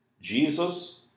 Jesus